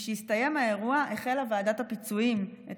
משהסתיים האירוע החלה ועדת הפיצויים את